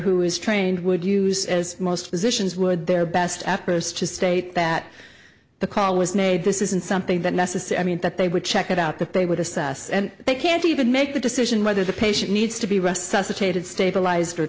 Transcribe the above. who is trained would use as most physicians would their best efforts to state that the call was made this isn't something that necessary i mean that they would check it out that they would assess and they can't even make the decision whether the patient needs to be rest suffocated stabilized or